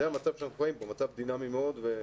זה המצב שאנחנו נמצאים בו, מצב דינמי מאוד.